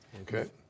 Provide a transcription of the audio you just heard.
Okay